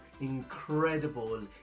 incredible